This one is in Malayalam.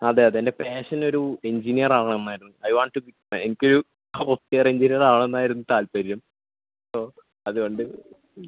അതെ അതെ എൻ്റെ പേഷൻ ഒരു എഞ്ചിനീയർ ആവണന്ന് ആയിരുന്നു ഐ വാണ്ട് ടു ബി എനിക്ക് ഒരു സോഫ്റ്റ്വെയർ എഞ്ചിനീയർ ആവണന്ന് ആയിരുന്നു താൽപ്പര്യം അപ്പം അതുകൊണ്ട് ഹ്മ്